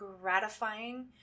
gratifying